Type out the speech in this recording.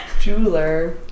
Jeweler